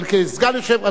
אבל כסגן יושב-ראש,